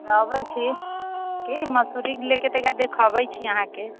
अबै छी की मौसरीके लऽ कऽ देखाबै छी अहाँके